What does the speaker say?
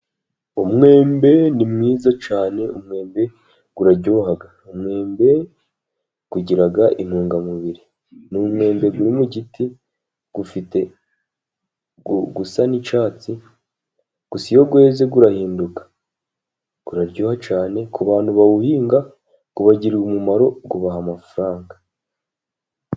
Umwembe ni mwiza cyane, umwembe uraryoha. Umwembe ugira intungamubiri , ni umwembe uri mu giti ufitegu usa n'icyatsi gusa iyo weze urahinduka, uraryoha cyane ku bantu bawuhinga ubagirira umumaro ubaha amafaranga.